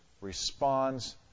responds